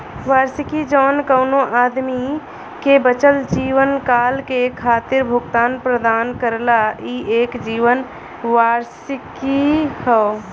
वार्षिकी जौन कउनो आदमी के बचल जीवनकाल के खातिर भुगतान प्रदान करला ई एक जीवन वार्षिकी हौ